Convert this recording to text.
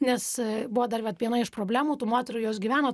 nes buvo dar vat viena iš problemų tų moterų jos gyveno